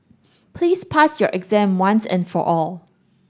please pass your exam once and for all